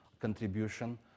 contribution